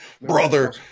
Brother